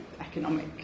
economic